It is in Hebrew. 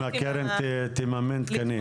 האם הקרן תממן תקנים?